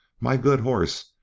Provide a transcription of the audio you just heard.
my good horse,